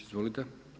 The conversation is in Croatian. Izvolite.